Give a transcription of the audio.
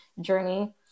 journey